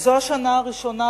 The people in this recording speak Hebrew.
זו השנה הראשונה,